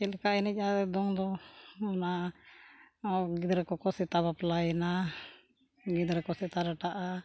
ᱪᱮᱫ ᱞᱮᱠᱟ ᱮᱱᱮᱡ ᱟᱞᱮ ᱫᱚᱝ ᱫᱚ ᱚᱱᱟ ᱜᱤᱫᱽᱨᱟᱹ ᱠᱚᱠᱚ ᱥᱮᱛᱟ ᱵᱟᱯᱞᱟᱭᱮᱱᱟ ᱜᱤᱫᱽᱨᱟᱹ ᱠᱚ ᱥᱮᱛᱟ ᱰᱟᱴᱟᱜᱼᱟ